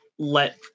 let